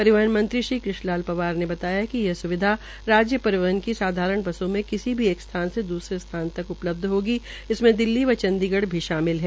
परिवहन मंत्री श्री कृष्ण लाल पंवार ने बतायाकि यह स्विधा राज्य परिवहन की साधारण बसों में किसी भी एक स्थान से द्रसरे स्थान तक उपलबध होगी इससे दिल्ली व चंडीगढ़ भी शामिल है